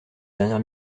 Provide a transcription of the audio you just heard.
dernière